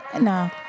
No